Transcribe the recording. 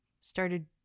started